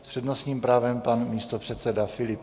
S přednostním právem pan místopředseda Filip.